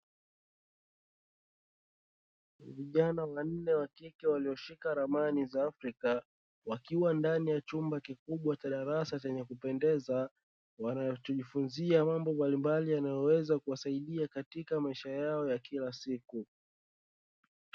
Vijana wanne wa kike walioshika ramani za Afrika wakiwa ndani ya chumba kikubwa cha darasa chenye kupendeza, wanachojifunza mambo mbalimbali yanayoweza kuwasaida katika maisha yao ya kila siku.